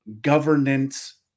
governance